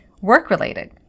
Work-related